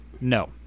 No